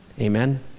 Amen